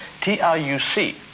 t-r-u-c